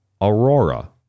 Aurora